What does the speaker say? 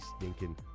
stinking